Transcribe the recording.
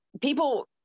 people